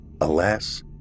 Alas